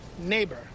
Neighbor